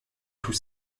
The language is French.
tout